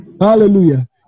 Hallelujah